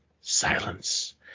Silence